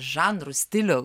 žanrų stilių